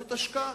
זאת השקעה.